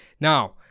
Now